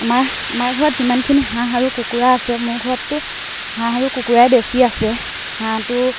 আমাৰ আমাৰ ঘৰত যিমানখিনি হাঁহ আৰু কুকুৰা আছে মোৰ ঘৰততো হাঁহ আৰু কুকুৰাই বেছি আছে হাঁহটো